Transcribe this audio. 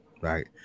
right